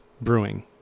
Brewing